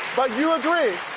but you agree.